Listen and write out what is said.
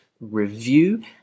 review